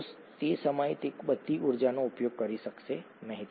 કોષ તે સમયે તે બધી ઉર્જાનો ઉપયોગ કરી શકશે નહીં